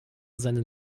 seinen